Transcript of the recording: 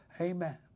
Amen